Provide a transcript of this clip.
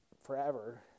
forever